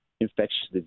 infectious